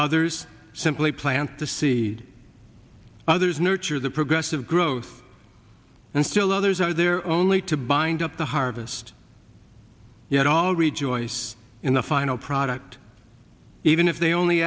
others simply plant the seed others nurture the progressive growth and still others are there only to bind up the harvest yet all rejoice in the final product even if they only